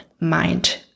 mind